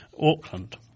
Auckland